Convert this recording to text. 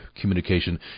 communication